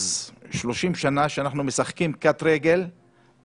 פעמיים בשבוע אנחנו משחקים קטרגל,